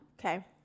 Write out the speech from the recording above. Okay